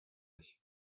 ich